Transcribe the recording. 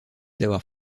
d’avoir